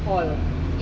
all